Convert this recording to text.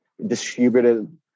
distributed